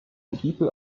people